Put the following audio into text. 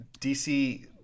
DC